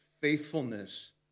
faithfulness